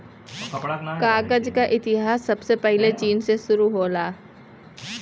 कागज क इतिहास सबसे पहिले चीन से शुरु होला